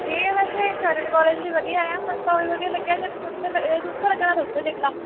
ਠੀਕ ਏ ਬਸ ਵੀ ਖਰੜ ਕੋਲੇਜ ਵੀ ਵਧੀਆ ਆ ਮੈਨੂੰ ਤਾਂ ਉਹੀ ਵਧੀਆ ਲੱਗਿਆ ਜੇ ਤੁਸੀਂ ਉੱਥੇ ਇਹ ਉੱਥੇ ਲੱਗਣਾ ਤਾਂ ਉੱਥੇ ਦੇਖ ਲਾ